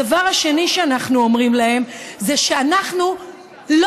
הדבר השני שאנחנו אומרים להם זה שאנחנו לא